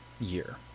year